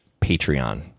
Patreon